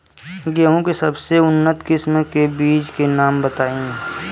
गेहूं के सबसे उन्नत किस्म के बिज के नाम बताई?